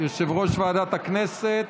יושב-ראש ועדת הכנסת.